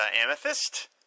Amethyst